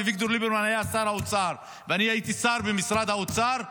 אביגדור ליברמן היה שר האוצר ואני הייתי שר במשרד האוצר,